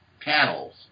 panels